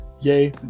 yay